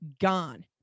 gone